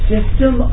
system